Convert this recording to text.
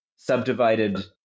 Subdivided